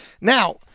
Now